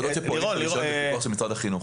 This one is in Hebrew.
מוסדות שפועלים בלי רישיון ופיקוח של משרד החינוך.